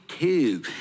two